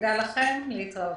תודה לכם ולהתראות.